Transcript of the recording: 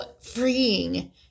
freeing